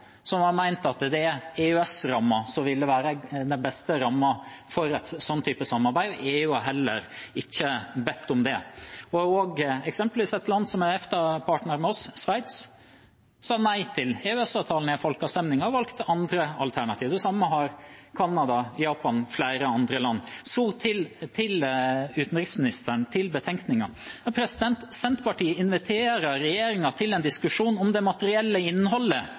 som har ment at det er EØS-rammen som vil være den beste rammen for en slik type samarbeid. EU har heller ikke bedt om det. Eksempelvis sa et land som er EFTA-partner med oss, Sveits, nei til EØS-avtalen i en folkeavstemning og valgte andre alternativer. Det samme har Canada, Japan og flere andre land gjort. Så til utenriksministeren, til betenkningen: Senterpartiet inviterer regjeringen til en diskusjon om det materielle innholdet